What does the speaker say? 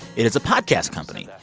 it is a podcast company.